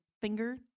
finger